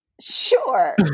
Sure